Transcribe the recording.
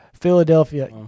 Philadelphia